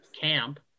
camp